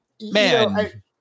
Man